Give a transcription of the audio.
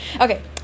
Okay